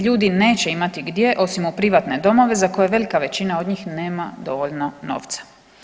Ljudi neće imati gdje osim u privatne domove za koje velika većina od njih nema dovoljno novca.